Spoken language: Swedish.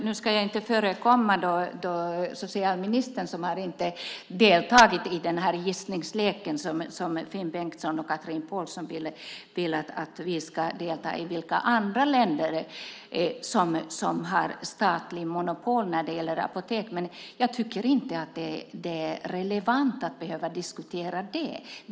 Nu ska jag inte förekomma socialministern som inte deltagit i den gissningslek som Finn Bengtsson och Chatrine Pålsson Ahlgren vill att vi ska delta i. Jag tycker inte att det är relevant att behöva diskutera den frågan.